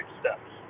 steps